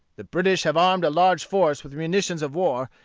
the british have armed a large force with munitions of war,